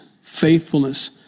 faithfulness